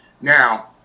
Now